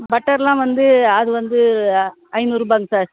பட்டரெலாம் வந்து அது வந்து ஐந்நூறுரூபாங்க சார்